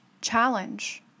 challenge